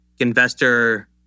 investor